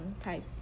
type